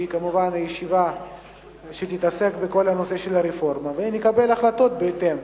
שהיא כמובן ישיבה שתתעסק בכל הנושא של הרפורמה ונקבל החלטות בהתאם.